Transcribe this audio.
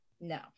No